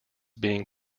being